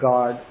God